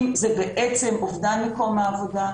אם זה בעצם אובדן מקום העבודה,